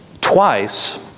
twice